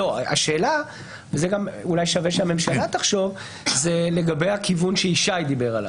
אולי כדאי שהממשלה תחשוב לגבי הכיוון עליו דיבר ישי שרון.